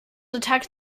attacked